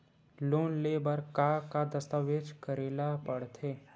Loan ले बर का का दस्तावेज करेला पड़थे?